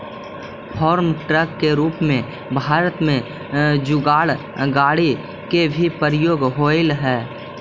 farm truck के रूप में भारत में जुगाड़ गाड़ि के भी प्रयोग होवऽ हई